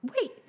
Wait